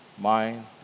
mind